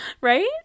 right